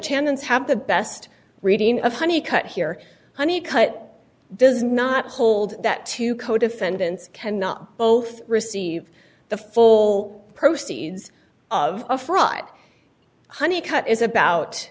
tenants have the best reading of honey cut here honey cut does not hold that two co defendants can not both receive the full proceeds of a fraud honey cut is about